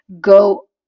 go